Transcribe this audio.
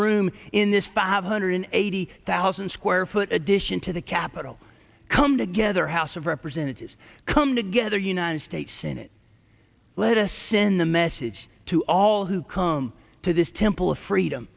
room in this five hundred eighty thousand square foot addition to the capitol come together house of representatives come together united states senate let us send the message to all who come to this temple of freedom